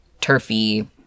turfy